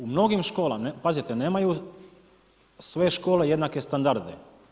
U mnogim školama, pazite nemaju sve škole jednake standarde.